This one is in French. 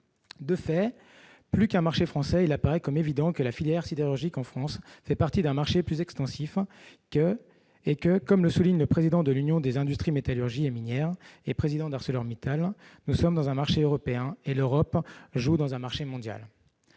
De fait, plus qu'un marché français, il apparaît évident que la filière sidérurgique en France fait partie d'un marché plus extensif et que, comme le souligne le président de l'UIMM, l'Union des industries métallurgiques et minières, président d'ArcelorMittal France, nous sommes dans un marché européen, l'Europe jouant elle-même dans un marché mondial.